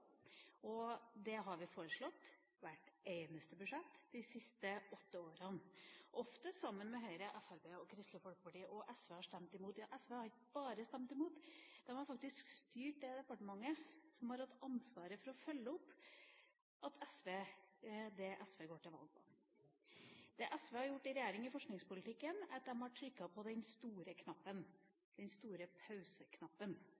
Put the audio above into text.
og det har vi foreslått i hvert eneste budsjett de siste åtte årene, ofte sammen med Høyre, Fremskrittspartiet og Kristelig Folkeparti. SV har stemt imot. Ja, SV har ikke bare stemt imot, de har faktisk styrt det departementet som har hatt ansvaret for å følge opp det SV går til valg på. Det SV har gjort i regjering i forskningspolitikken, er at de har trykt på den store